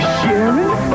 Sharing